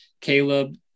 Caleb